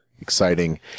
exciting